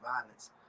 violence